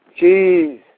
Jeez